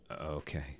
Okay